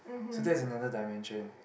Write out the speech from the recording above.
so that's another dimension